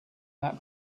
that